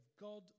God